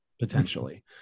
potentially